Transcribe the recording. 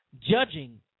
judging